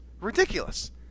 Ridiculous